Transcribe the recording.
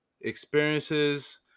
experiences